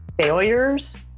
failures